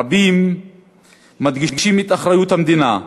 רבים מדגישים את אחריות המדינה,